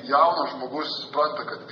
jaunas žmogus supranta kad